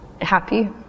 Happy